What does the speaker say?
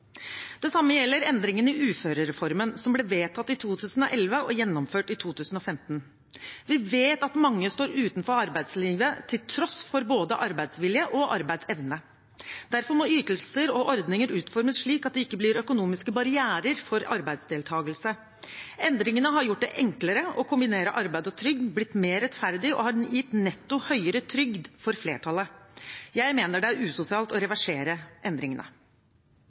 Det samme gjelder endringer i uførereformen som ble vedtatt i 2011 og gjennomført i 2015. Vi vet at mange står utenfor arbeidslivet til tross for både arbeidsvilje og arbeidsevne. Derfor må ytelser og ordninger utformes slik at det ikke blir økonomiske barrierer for arbeidsdeltakelse. Endringene har gjort det enklere å kombinere arbeid og trygd, blitt mer rettferdige og har gitt netto høyere trygd for flertallet. Jeg mener det er usosialt å reversere endringene.